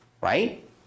right